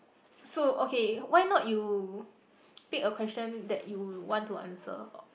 so okay why not you pick a question that you want to answer